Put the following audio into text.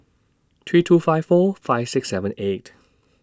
three two five four five six seven eight